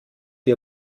ihr